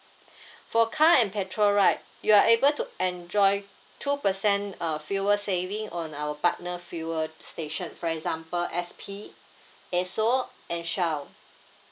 for car and petrol right you are able to enjoy two percent uh fuel saving on our partner fuel station for example S_P Esso and Shell